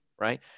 right